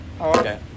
Okay